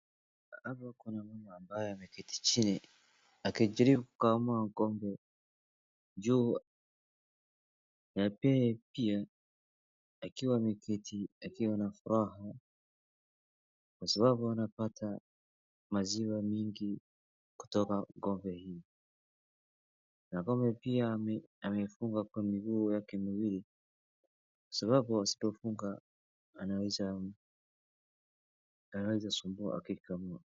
Hapa kuna mama ambaye ameketi chini akijaribu kukamua ng'ombe juu na ye pia akiwa ameketi akiwa na furaha kwa sababu anapata maziwa mingi kutoka kwa ng'ombe hii, na ng'ombe pia ameifunga kwa miguu yake miwili sababu asipofunga anaweza sumbua akikamua.